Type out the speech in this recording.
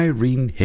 Irene